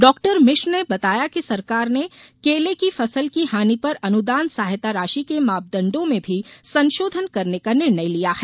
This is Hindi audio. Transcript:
डॉक्टर मिश्र ने बताया कि सरकार ने केले की फसल की हानि पर अनुदान सहायता राशि के मापदण्डों में भी संशोधन करने का निर्णय लिया है